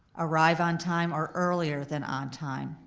arrive on time or earlier than on time,